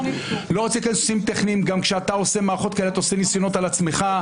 גם כשאתה עושה מערכות כאלה אתה עושה ניסיונות על עצמך.